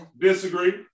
Disagree